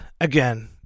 again